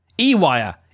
E-Wire